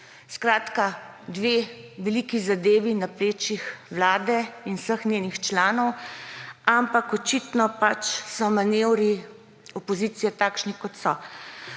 Skratka, dve veliki zadevi na plečih vlade in vseh njenih članov, ampak očitno pač so manevri opozicije takšni, kot so.